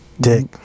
dick